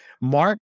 Mark